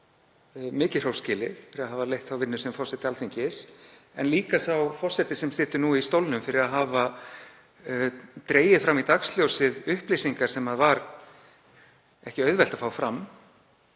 mikið hrós skilið fyrir að hafa leitt þá vinnu sem forseti Alþingis, en líka sá forseti sem situr nú í stólnum fyrir að hafa dregið fram í dagsljósið upplýsingar sem var ekki auðvelt að fá fram